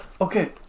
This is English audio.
okay